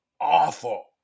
awful